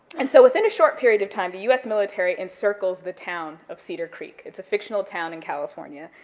and so within a short period of time, the us military encircles the town of cedar creek, it's a fictional town in california,